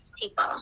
people